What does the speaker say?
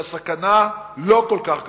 והסכנה לא כל כך גדולה,